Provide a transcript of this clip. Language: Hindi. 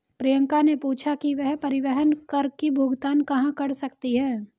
प्रियंका ने पूछा कि वह परिवहन कर की भुगतान कहाँ कर सकती है?